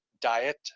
diet